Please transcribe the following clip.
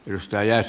ryöstäjät